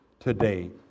today